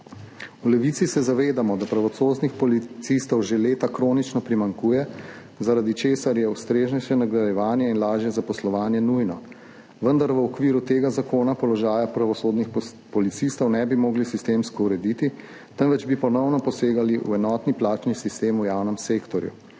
V Levici se zavedamo, da pravosodnih policistov že leta kronično primanjkuje, zaradi česar je ustreznejše nagrajevanje in lažje zaposlovanje nujno. Vendar v okviru tega zakona položaja pravosodnih policistov ne bi mogli sistemsko urediti, temveč bi ponovno posegali v enotni plačni sistem v javnem sektorju.